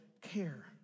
care